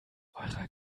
eurer